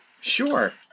Sure